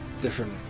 different